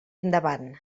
endavant